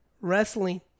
wrestling